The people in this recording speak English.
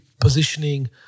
positioning